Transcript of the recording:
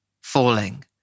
Falling